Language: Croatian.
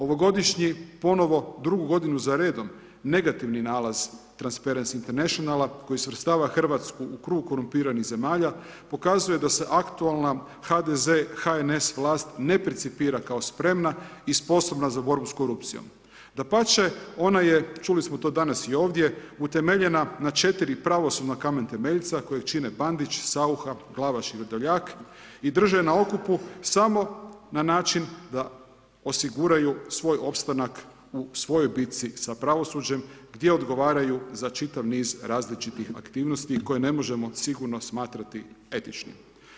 Ovogodišnji, ponovo, drugu godinu za redom, negativni nalaz Transparency Internationala, koji svrstava Hrvatsku u krug korumpiranih zemalja, pokazuje da se aktualna HDZ, HNS vlast ne percipira kao spremna i sposobna za borbu s korupcijom, dapače ona je, čuli smo to danas i ovdje, utemeljena na 4 pravosudna kamen temeljca kojeg čine Bandić, Saucha, Glavaš i Vrdoljak i drže je na okupu samo na način da osiguraju svoj opstanak u svojoj bici sa pravosuđem gdje odgovaraju za čitav niz različitih aktivnosti koje ne možemo sigurno smatrati etičnim.